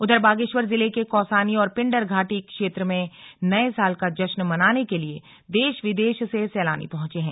उधर बागेश्वर जिले के कौसानी और पिंडरघाटी क्षेत्र में नए साल का जश्न मनाने के लिए देश विदेश से सैलानी पहुंचे हैं